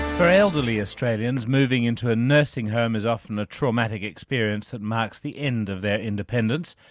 for elderly australians, moving into a nursing home is often a traumatic experience that marks the end of their independence.